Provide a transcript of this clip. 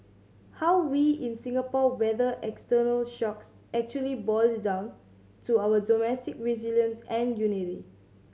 how we in Singapore weather external shocks actually boils down to our domestic resilience and unity